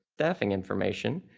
staffing information,